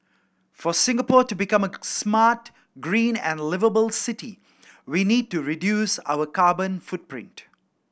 for Singapore to become a smart green and liveable city we need to reduce our carbon footprint